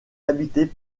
habitée